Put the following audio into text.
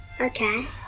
Okay